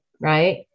Right